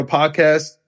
podcast